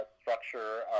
structure